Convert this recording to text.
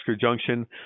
junction